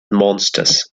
monsters